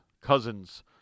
cousin's